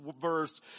verse